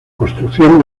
construcción